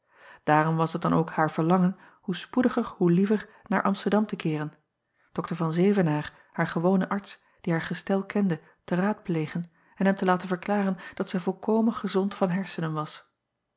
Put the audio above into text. aarom was het dan ook haar verlangen hoe spoediger hoe liever naar msterdam te keeren r an evenaer haar gewonen arts die haar gestel kende te raadplegen en hem te laten verklaren dat zij volkomen gezond van hersenen was